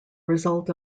result